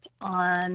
on